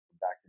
back